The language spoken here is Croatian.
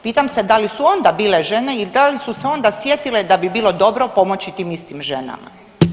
Pitam se da li su onda bile žene i da li su se onda sjetile da bi bilo dobro pomoći tim istim ženama.